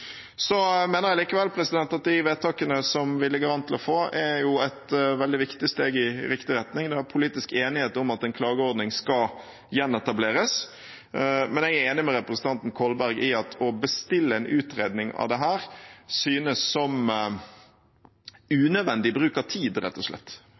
Jeg mener likevel at de vedtakene vi ligger an til å få, er et veldig viktig steg i riktig retning. Det er politisk enighet om at en klageordning skal gjenetableres. Men jeg er enig med representanten Kolberg i at å bestille en utredning av dette synes som unødvendig bruk av tid, rett og slett,